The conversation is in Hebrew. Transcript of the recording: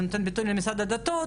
זה נותן ביטוי למשרד הדתות,